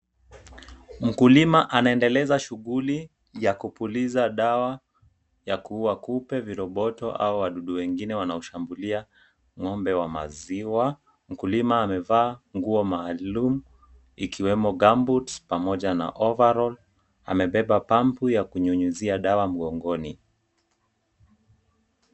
Mkulima anaendeleza shughuli ya kupuliza dawa ya kuua kupe, viroboto au wadudu wengine wanaoshambulia ng'ombe wa maziwa. Mkulima amevaa nguo maalum ikiwemo gumboots pamoja na overall . Amebeba pampu ya kunyunyizia dawa mgongoni.